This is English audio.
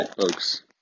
folks